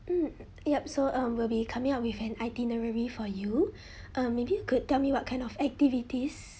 mm yup so um we'll be coming up with an itinerary for you um maybe you could tell me what kind of activities